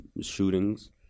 shootings